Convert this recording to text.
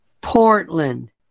Portland